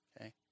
okay